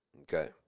Okay